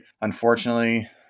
Unfortunately